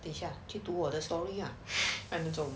等下去读我的 story